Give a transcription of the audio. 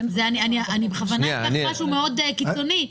אני בכוונה --- משהו מאוד קיצוני.